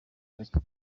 bake